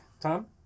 Tom